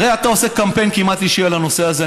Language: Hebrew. הרי אתה עושה קמפיין כמעט אישי על הנושא הזה,